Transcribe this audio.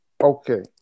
Okay